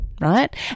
right